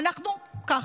ככה.